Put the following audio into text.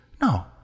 No